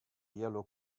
yellow